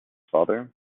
father